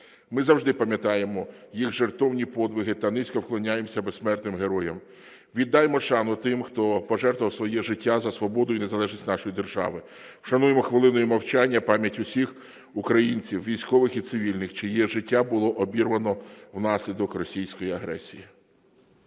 Ми завжди пам'ятаємо їх жертовні подвиги та низько вклоняємося безсмертним героям. Віддаймо шану тим, хто пожертвував своє життя за свободу і незалежність нашої держави. Вшануймо хвилиною мовчання пам'ять усіх українців, військових і цивільних, чиє життя було обірвано внаслідок російської агресії.